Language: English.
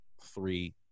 three